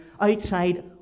outside